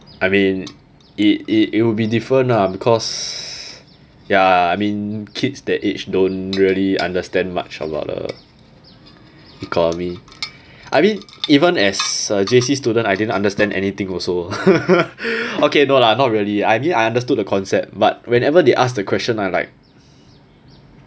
I mean it it it'll be different lah because ya I mean kids that age don't really understand much about the economy I mean even as a J_C student I didn't understand anything also okay no lah not really I mean I understood the concept but whenever they asked the question lah I like